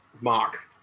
mark